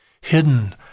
hidden